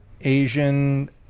Asian